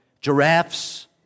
giraffes